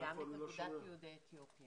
אני אתייחס בקצרה,